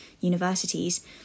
universities